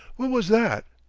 what was that?